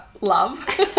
love